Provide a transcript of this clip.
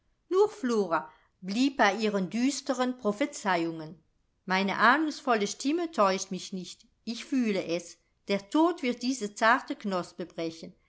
nur flora blieb bei ihren düsteren prophezeiungen meine ahnungsvolle stimme täuscht mich nicht ich fühle es der tod wird diese zarte